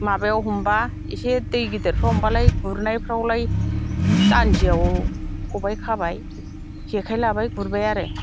माबायाव हमब्ला एसे दै गिदिरफ्राव हमब्लालाय गुरनायफ्रावलाय जानजियाव खबाइ खाबाय जेखाइ लाबाय गुरबाय आरो